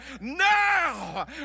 now